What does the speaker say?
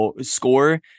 score